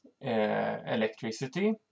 electricity